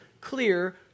clear